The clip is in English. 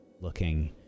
looking